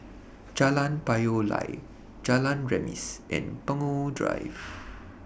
Jalan Payoh Lai Jalan Remis and Punggol Drive